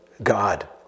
God